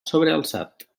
sobrealçat